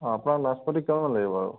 অঁ আপোনাৰ নাচপতি কিমান মান লাগিব বাৰু